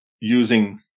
using